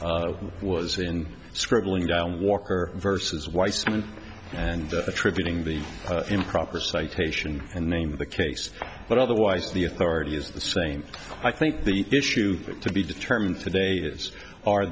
was in scribbling down walker versus weissman and attributing the improper citation and name in the case but otherwise the authority is the same i think the issue to be determined today is are